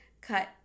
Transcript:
cut